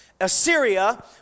Assyria